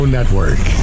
Network